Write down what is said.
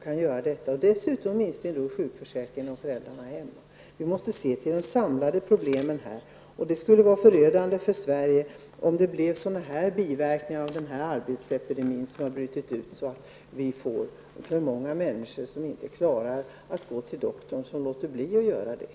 Dessutom minskar ersättningen från sjukförsäkringen, när föräldrarna är hemma. Vi måste se till de samlade problemen. Det skulle vara förödande för Sverige, om det blev sådana biverkningar av den ''arbetsepidemi'' som har brutit ut att många människor som behöver gå till doktorn låter bli att göra det.